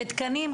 ותקנים.